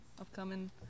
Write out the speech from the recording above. upcoming